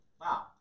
wow